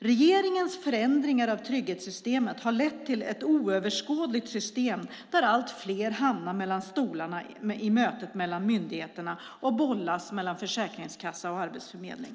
Regeringens förändringar av trygghetssystemet har lett till ett oöverskådligt system där allt fler hamnar mellan stolarna i mötet med myndigheterna och bollas mellan försäkringskassa och arbetsförmedling.